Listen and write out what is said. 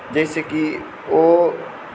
जाहिसँ कि ओ